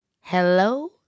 Hello